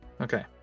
Okay